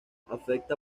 afecta